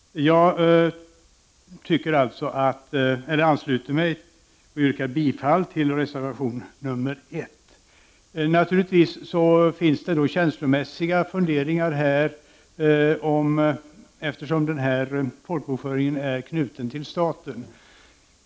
Jag ansluter mig alltså till och yrkar bifall till reservation nr 1. Naturligtvis finns det känslomässiga funderingar om detta, eftersom folkbokföringen är knuten till staten.